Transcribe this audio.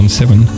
seven